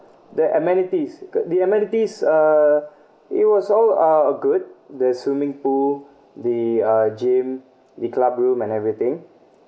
the amenities the amenities uh it was all are uh good the swimming pool the uh gym the club room and everything